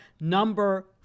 number